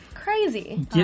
crazy